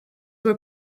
were